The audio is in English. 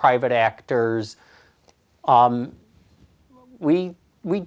private actors we we